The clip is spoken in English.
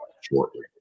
shortly